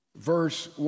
Verse